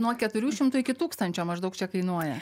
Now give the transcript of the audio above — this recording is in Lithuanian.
nuo keturių šimtų iki tūkstančio maždaug čia kainuoja